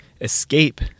escape